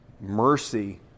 mercy